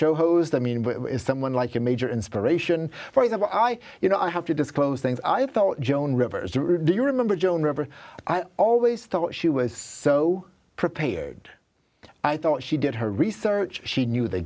show host i mean with someone like a major inspiration for example i you know i have to disclose things i thought joan rivers to review remember joan rivers i always thought she was so prepared i thought she did her research she knew the